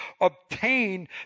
obtain